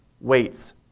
weights